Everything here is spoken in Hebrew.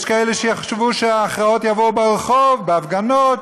יש כאלה שיחשבו שההכרעות יבואו מהרחוב: בהפגנות,